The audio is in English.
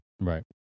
Right